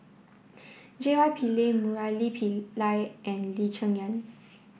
J Y Pillay Murali Pillai and Lee Cheng Yan